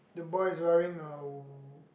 the boy is wearing a